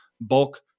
bulk